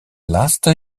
laatste